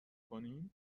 کنی